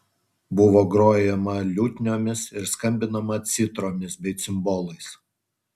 buvo grojama liutniomis ir skambinama citromis bei cimbolais